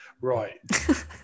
Right